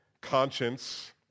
conscience